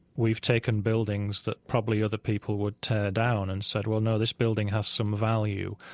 we've taken buildings that probably other people would tear down and said, well, no, this building has some value.